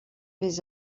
his